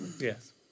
yes